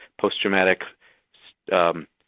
post-traumatic